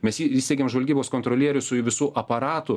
mes į įsteigėm žvalgybos kontrolierius visu aparatu